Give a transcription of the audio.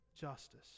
justice